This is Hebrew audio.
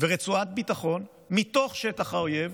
ורצועת ביטחון מתוך שטח האויב,